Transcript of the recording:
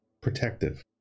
Protective